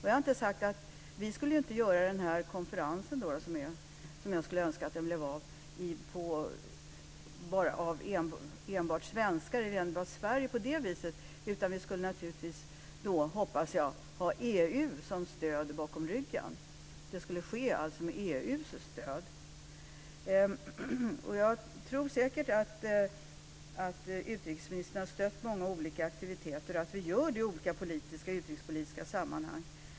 Jag har inte sagt att vi skulle anordna en sådan konferens med enbart svenskar, utan vi skulle naturligtvis, hoppas jag, ha EU som stöd bakom ryggen. Det skulle alltså ske med EU:s stöd. Utrikesministern har säkert stött många olika aktiviteter, och det tror jag att vi gör i olika politiska och utrikespolitiska sammanhang.